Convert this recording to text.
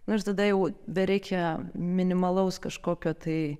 nu ir tada jau bereikia minimalaus kažkokio tai